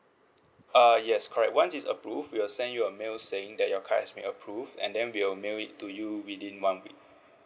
uh yes correct once it's approved we'll send you a mail saying that your card has been approved and then we'll mail it to you within one week